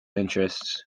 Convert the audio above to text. interests